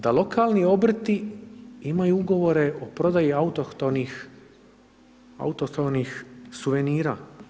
Da lokalni obrti imaju ugovore o prodaji autohtonih suvenira.